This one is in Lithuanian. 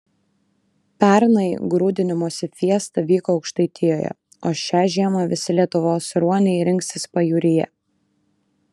pernai grūdinimosi fiesta vyko aukštaitijoje o šią žiemą visi lietuvos ruoniai rinksis pajūryje